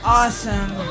awesome